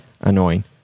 annoying